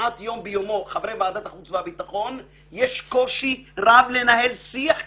כמעט מדי יום מובילה לקושי רב לנהל שיח כזה.